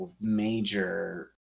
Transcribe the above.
major